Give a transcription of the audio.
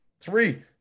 Three